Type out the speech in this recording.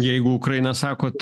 jeigu ukraina sakot